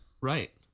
Right